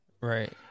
Right